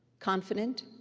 confident,